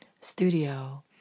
studio